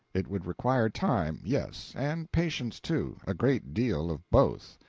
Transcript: it would require time, yes, and patience, too, a great deal of both.